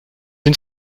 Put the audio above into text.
une